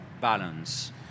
balance